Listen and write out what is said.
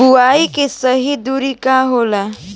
बुआई के सही दूरी का होला?